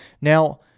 Now